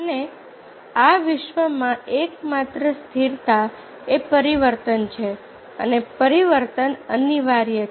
અને આ વિશ્વમાં એકમાત્ર સ્થિરતા એ પરિવર્તન છે અને પરિવર્તન અનિવાર્ય છે